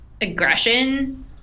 aggression